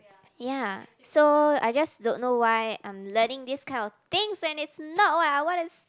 ya so I just don't know why I'm learning this kind of things when it's not what I want to